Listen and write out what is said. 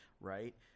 right